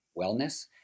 wellness